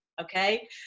okay